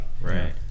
Right